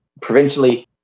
provincially